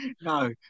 No